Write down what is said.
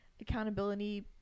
accountability